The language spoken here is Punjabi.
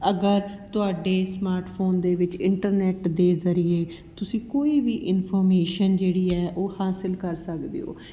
ਅਗਰ ਤੁਹਾਡੇ ਸਮਾਰਟ ਫੋਨ ਦੇ ਵਿੱਚ ਇੰਟਰਨੈਟ ਦੇ ਜ਼ਰੀਏ ਤੁਸੀਂ ਕੋਈ ਵੀ ਇਨਫੋਰਮੇਸ਼ਨ ਜਿਹੜੀ ਹੈ ਉਹ ਹਾਸਿਲ ਕਰ ਸਕਦੇ ਹੋ